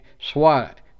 swat